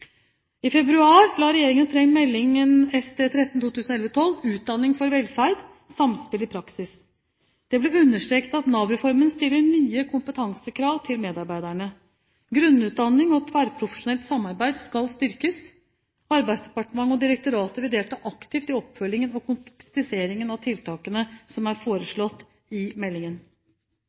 I februar la regjeringen fram Meld. St. 13 for 2011–2012, Utdanning for velferd – Samspill i praksis. Det ble understreket at Nav-reformen stiller nye kompetansekrav til medarbeiderne. Grunnutdanning og tverrprofesjonelt samarbeid skal styrkes. Arbeidsdepartementet og direktoratet vil delta aktivt i oppfølgingen og konkretiseringen av tiltakene som er foreslått i meldingen.